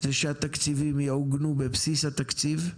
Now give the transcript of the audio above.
זה שהתקציבים יעוגנו בבסיס התקציב,